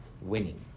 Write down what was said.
winning